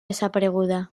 desapareguda